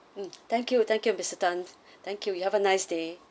mm thank you thank you mister tan thank you you have a nice day